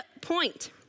point